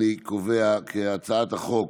אני קובע כי הצעת החוק